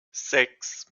sechs